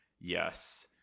Yes